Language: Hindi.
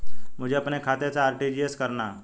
मुझे अपने खाते से आर.टी.जी.एस करना?